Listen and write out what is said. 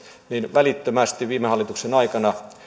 välittömästi viime hallituksen aikana